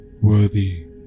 worthy